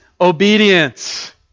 obedience